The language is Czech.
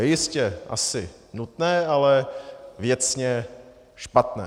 Jistě asi nutné, ale věcně špatné.